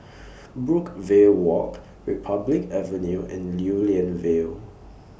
Brookvale Walk Republic Avenue and Lew Lian Vale